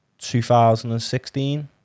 2016